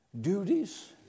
duties